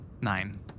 nine